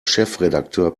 chefredakteur